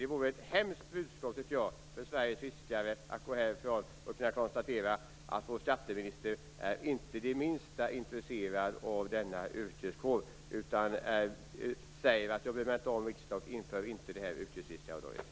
Det vore ett hemskt budskap till Sveriges fiskare att vår skatteminister inte är det minsta intresserad av denna yrkeskår utan säger: Jag bryr mig inte om riksdagen och inför inte det här yrkesfiskaravdraget.